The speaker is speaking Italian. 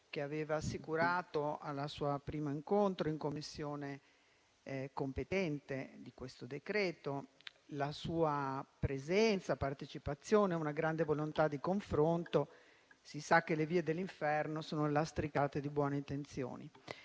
che aveva assicurato al suo primo incontro presso la Commissione competente per questo decreto-legge la sua presenza, la sua partecipazione e una grande volontà di confronto. Si sa che le vie dell'inferno sono lastricate di buone intenzioni.